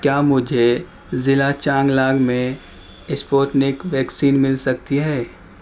کیا مجھے ضلع چانگ لانگ میں اسپوتنک ویکسین مل سکتی ہے